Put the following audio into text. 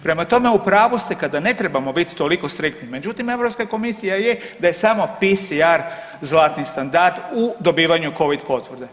Prema tome, u pravu ste kada ne trebamo biti toliko striktni, međutim Europska komisija je da je samo PCR zlatni standard u dobivanju covid potvrde.